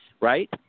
right